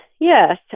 yes